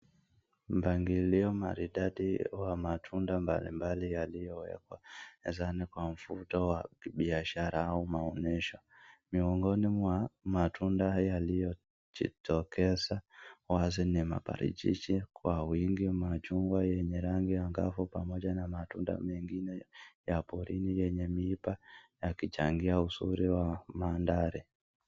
Mpangilio maridadi wa matunda mbalimbali yaliyowekwa kwa mvuto wa kibiashara au maonesho. Miongoni mwa matunda yalioyojitokeza wazi ni maparachichi kwa wingi wa machungwa yenye rangi angavu pamoja na matunda mengine ya porini enye miba yakichangia uzuri wa maandhari.